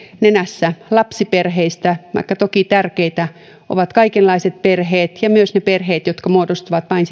etunenässä lapsiperheistä vaikka toki tärkeitä ovat kaikenlaiset perheet ja myös ne perheet jotka muodostuvat vain